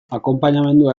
akonpainamendua